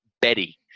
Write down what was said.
Betty